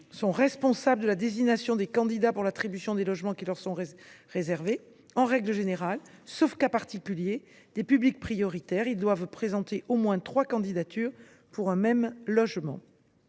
sont responsables de la désignation des candidats pour l’attribution de ces logements. En règle générale, sauf cas particulier des publics prioritaires, ils doivent présenter au moins trois candidatures pour un même logement.